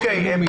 אוקיי.